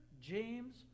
James